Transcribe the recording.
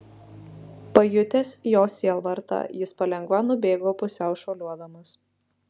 pajutęs jos sielvartą jis palengva nubėgo pusiau šuoliuodamas